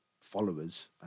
followers